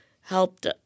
helped